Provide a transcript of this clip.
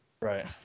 Right